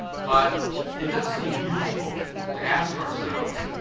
but it does seem useful to ask ourselves,